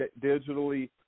digitally